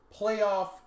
playoff